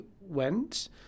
went